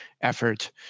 effort